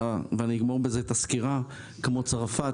בצרפת,